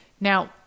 Now